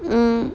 mm